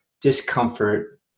discomfort